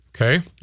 okay